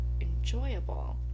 enjoyable